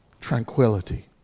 tranquility